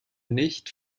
nicht